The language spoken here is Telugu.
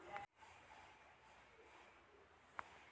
జనవరి, ఫిబ్రవరి, మార్చ్ నెలలకు నా డబ్బుపై వచ్చిన వడ్డీ ఎంత